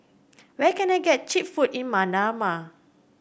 where can I get cheap food in Manama